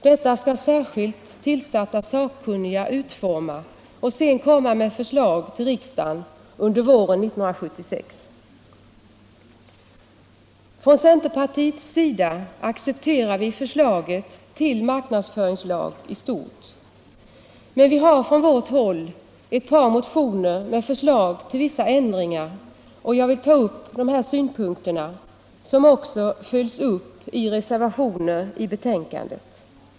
Det skall särskilt tillsatta sakkunniga överväga, och de skall sedan komma med förslag till riksdagen under våren 1976. Från centerpartiets sida accepterar vi förslaget till marknadsföringslag i stort, men vi har från vårt håll ett par motioner med förslag till vissa ändringar. Jag vill ta upp dessa synpunkter som också följs upp i reservationer till betänkandet.